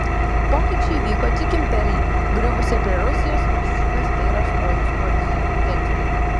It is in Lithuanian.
pokyčiai įvyko tik imperijai griuvus ir prie rusijos valstybės vairo stojus borisui jelcinui